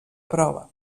prova